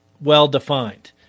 well-defined